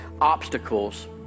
Obstacles